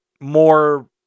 more